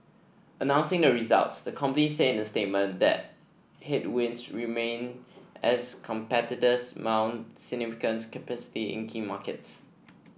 announcing the results the company said in a statement that headwinds remain as competitors mount significance capacity in key markets